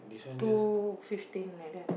two fifteen like that